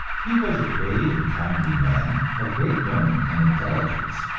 he was a grave and kindly man, of great learning and intelligence,